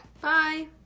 Bye